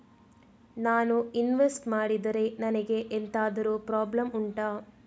ನಾನು ಇನ್ವೆಸ್ಟ್ ಮಾಡಿದ್ರೆ ನನಗೆ ಎಂತಾದ್ರು ಪ್ರಾಬ್ಲಮ್ ಉಂಟಾ